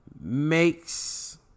Makes